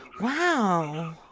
Wow